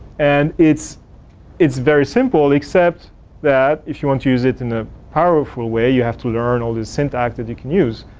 and it's it's very simple except that if you want to use it in a powerful way, you have to learn all these syntax that you can use.